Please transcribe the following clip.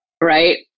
Right